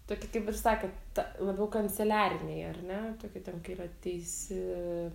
tokia kaip ir sakėt ta labiau kanceliariniai ar ne tokia ten yra teisi